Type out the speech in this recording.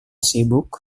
sibuk